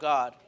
God